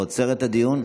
עוצר את הדיון.